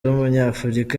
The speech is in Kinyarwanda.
w’umunyafurika